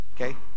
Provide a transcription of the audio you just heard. Okay